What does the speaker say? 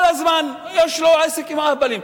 כל הזמן יש לו עסק עם אהבלים.